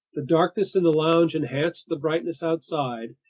the darkness in the lounge enhanced the brightness outside,